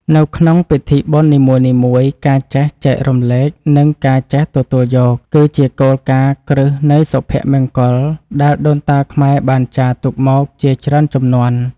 នៅក្នុងពិធីបុណ្យនីមួយៗការចេះចែករំលែក និងការចេះទទួលយក គឺជាគោលការណ៍គ្រឹះនៃសុភមង្គលដែលដូនតាខ្មែរបានចារទុកមកជាច្រើនជំនាន់។